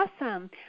Awesome